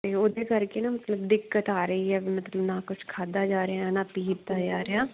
ਅਤੇ ਉਹਦੇ ਕਰਕੇ ਨਾ ਮਤਲਬ ਦਿੱਕਤ ਆ ਰਹੀ ਹੈ ਮਤਲਬ ਨਾ ਕੁਛ ਖਾਧਾ ਜਾ ਰਿਹਾ ਨਾ ਪੀਤਾ ਜਾ ਰਿਹਾ